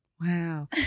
Wow